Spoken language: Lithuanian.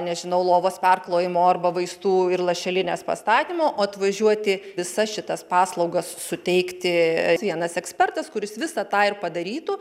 nežinau lovos perklojimo arba vaistų ir lašelinės pastatymo o atvažiuoti visas šitas paslaugas suteikti vienas ekspertas kuris visą tą ir padarytų